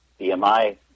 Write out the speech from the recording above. BMI